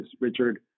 Richard